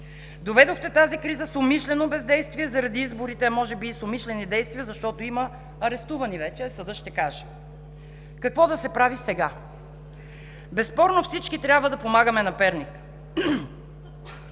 Доведохте тази криза с умишлено бездействие заради изборите, а може би и с умишлени действия, защото има арестувани вече, а съдът ще каже. Какво да се прави сега? Безспорно всички трябва да помагаме на Перник.